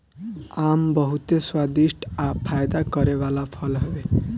आम बहुते स्वादिष्ठ आ फायदा करे वाला फल हवे